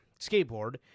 skateboard